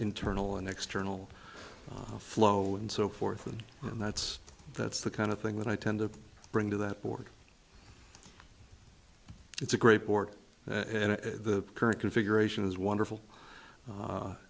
internal and external flow and so forth and that's that's the kind of thing that i tend to bring to that board it's a great board and the current configuration is wonderful